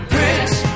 Prince